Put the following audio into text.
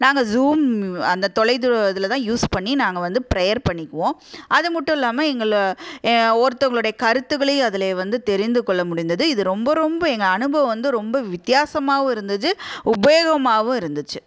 நாங்கள் ஸூம் அந்த தொலைதூர இதில் தான் யூஸ் பண்ணி நாங்கள் வந்து ப்ரேயர் பண்ணிக்குவோம் அது மட்டும் இல்லாமல் எங்களை ஒருத்தவங்களுடைய கருத்துக்களையும் அதிலே வந்து தெரிந்துக்கொள்ள முடிந்தது இது ரொம்ப ரொம்ப எங்கள் அனுபவம் வந்து ரொம்ப வித்தியாசமாகவும் இருந்தது உபயோகமாகவும் இருந்துச்சு